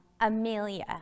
Amelia